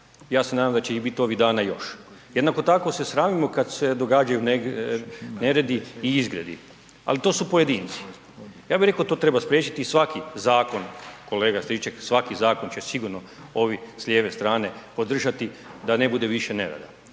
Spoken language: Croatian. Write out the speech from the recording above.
Ja se nadam da će ih biti ovih dana još. Jednako tako se sramimo kada se događaju neredi i izgredi, ali to su pojedinci. Ja bih rekao to treba spriječiti i svaki zakon kolega Stričak svaki zakon će sigurno ovi s lijeve strane podržati da ne bude više nereda.